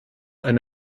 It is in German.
eine